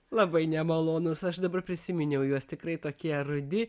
labai nemalonus aš dabar prisiminiau juos tikrai tokie rudi